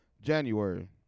January